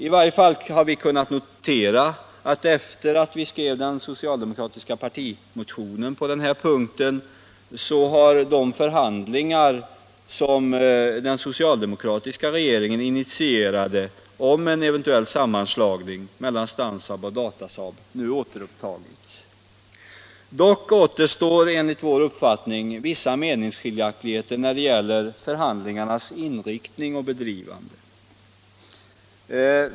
Vi har i alla fall kunnat notera att efter att vi skrev den socialdemokratiska partimotionen har förhandlingar återupptagits som den socialdemokratiska regeringen initierade om en eventuell sammanslagning av Stansaab och Datasaab. Dock återstår enligt vår uppfattning vissa meningsskiljaktigheter när det gäller förhandlingarnas inriktning och bedrivande.